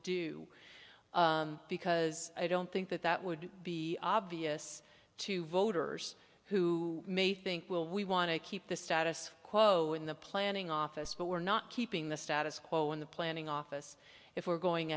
do because i don't think that that would be obvious to voters who may think well we want to keep the status quo in the planning office but we're not keeping the status quo in the planning office if we're going